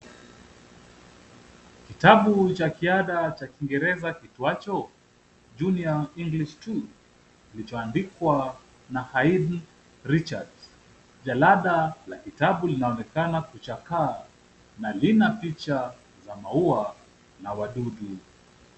Kitabu cha kiada, cha kingereza kiitwacho, Juniour English II , kilichoandikwa na Heidi Richards. Jalada la kitabu linaonekana kuchakaa na lina picha za maua na wadudu.